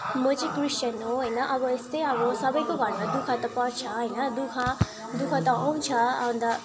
म चाहिँ क्रिस्चियन हो होइन अब यस्तै अब सबैको घरमा दुःख त पर्छ होइन दुःख दुःख त आउँछ अन्त